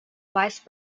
vice